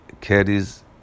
carries